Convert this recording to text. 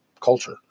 culture